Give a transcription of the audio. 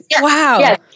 Wow